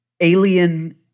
Alien